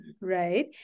Right